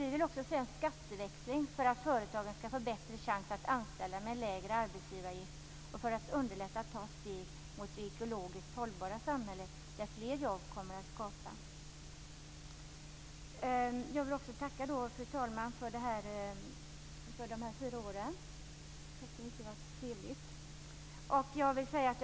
Vi vill också se en skatteväxling för att företagen skall få bättre chans att med lägre arbetsgivaravgift anställa människor och för att underlätta att ta steg mot det ekologiskt hållbara samhälle där fler jobb kommer att skapas. Jag vill tacka fru talman för de här fyra åren. Tack så mycket! Det har varit trevligt.